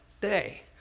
day